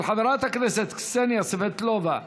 של חברות הכנסת קסניה סבטלובה,